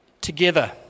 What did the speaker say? together